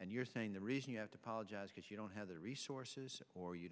and you're saying the reason you have to apologize because you don't have the resources or you